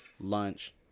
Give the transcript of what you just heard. lunch